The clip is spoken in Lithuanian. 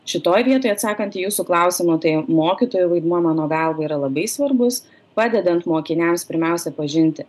šitoj vietoj atsakant į jūsų klausimą tai mokytojo vaidmuo mano galva yra labai svarbus padedant mokiniams pirmiausia pažinti